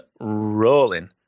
rolling